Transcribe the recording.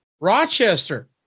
Rochester